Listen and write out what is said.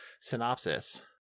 synopsis